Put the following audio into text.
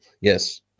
Yes